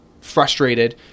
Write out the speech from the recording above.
frustrated